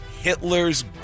Hitler's